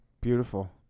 Beautiful